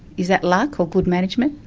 is that luck, or good management?